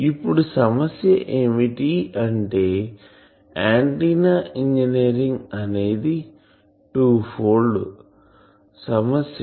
ఇప్పుడు సమస్య ఏమిటి అంటే ఆంటిన్నా ఇంజనీరింగ్ అనేది 2 ఫోల్డ్ సమస్య